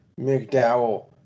McDowell